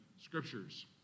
scriptures